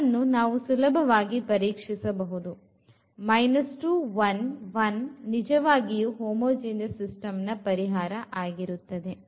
ಅದನ್ನು ನಾವು ಸುಲಭವಾಗಿ ಪರೀಕ್ಷಿಸಬಹುದು 2 1 1 ನಿಜವಾಗಿಯೂ homogeneous system ನ ಪರಿಹಾರ ಆಗಿರುತ್ತದೆ